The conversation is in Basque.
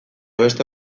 beste